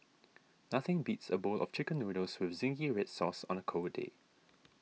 nothing beats a bowl of Chicken Noodles with Zingy Red Sauce on a cold day